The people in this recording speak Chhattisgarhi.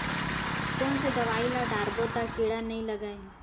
कोन से दवाई ल डारबो त कीड़ा नहीं लगय?